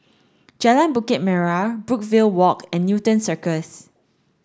Jalan Bukit Merah Brookvale Walk and Newton Circus